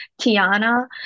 Tiana